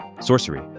Sorcery